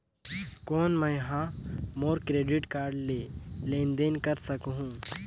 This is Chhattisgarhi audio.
कौन मैं ह मोर क्रेडिट कारड ले लेनदेन कर सकहुं?